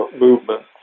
movement